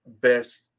best